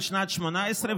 של שנת 2018,